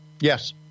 Yes